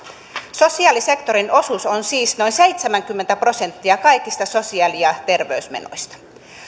sosiaalisektorin osuus on siis noin seitsemänkymmentä prosenttia kaikista sosiaali ja terveysmenoista